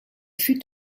fut